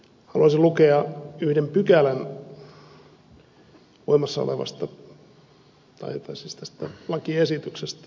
haluaisin lukea yhden pykälän tästä lakiesityksestä